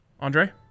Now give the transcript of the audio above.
Andre